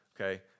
okay